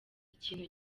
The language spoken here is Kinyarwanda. ikintu